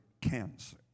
cancer